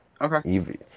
Okay